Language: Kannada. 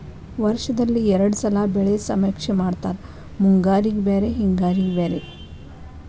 ವರ್ಷದಲ್ಲಿ ಎರ್ಡ್ ಸಲಾ ಬೆಳೆ ಸಮೇಕ್ಷೆ ಮಾಡತಾರ ಮುಂಗಾರಿಗೆ ಬ್ಯಾರೆ ಹಿಂಗಾರಿಗೆ ಬ್ಯಾರೆ